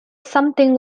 something